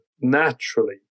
naturally